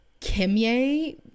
Kimye